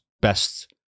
best